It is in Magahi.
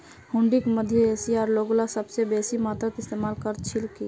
हुंडीक मध्य एशियार लोगला सबस बेसी मात्रात इस्तमाल कर छिल की